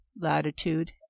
latitude